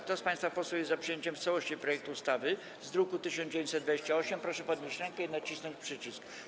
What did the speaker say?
Kto z państwa posłów jest za przyjęciem w całości projektu ustawy z druku nr 1928, proszę podnieść rękę i nacisnąć przycisk.